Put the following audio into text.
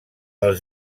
els